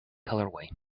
colorway